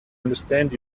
understand